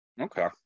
Okay